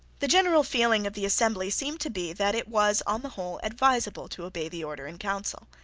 the general feeling of the assembly seemed to be that it was, on the whole, advisable to obey the order in council.